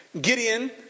Gideon